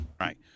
Right